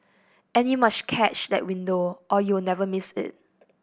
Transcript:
and you must catch that window or you'll never miss it